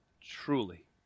Truly